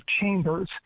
chambers